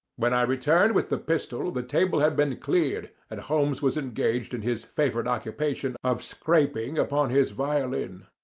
when i returned with the pistol the table had been cleared, and holmes was engaged in his favourite occupation of scraping upon his violin.